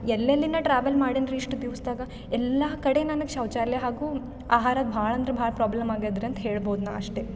ಎಲ್ಲೆಲ್ಲಿ ನಾ ಟ್ರಾವೆಲ್ ಮಾಡೀನ್ ರೀ ಇಷ್ಟು ದಿವ್ಸದಾಗ ಎಲ್ಲ ಕಡೆ ನನಗೆ ಶೌಚಾಲಯ ಹಾಗೂ ಆಹಾರದ ಭಾಳ ಅಂದ್ರ ಭಾಳ ಪ್ರಾಬ್ಲಮ್ ಆಗ್ಯಾದ ರೀ ಅಂಥೇಳ್ಬೋದು ನಾ ಅಷ್ಟೇ